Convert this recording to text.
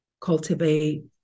cultivate